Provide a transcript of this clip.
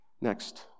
Next